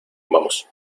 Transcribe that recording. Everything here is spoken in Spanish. vamos